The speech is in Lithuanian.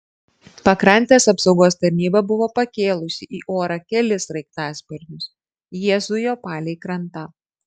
pakrantės apsaugos tarnyba buvo pakėlusi į orą kelis sraigtasparnius jie zujo palei krantą